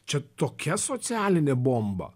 čia tokia socialinė bomba